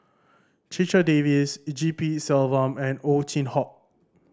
Checha Davies G P Selvam and Ow Chin Hock